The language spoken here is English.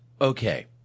Okay